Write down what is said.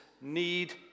need